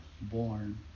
born